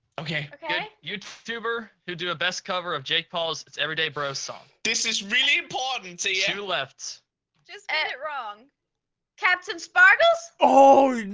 okay? okay, youtuber to do a best cover of jay paul's everyday bro song this is really important and to you left just end it wrong captain sparkles, oh